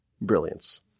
brilliance